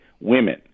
women